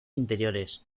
interiores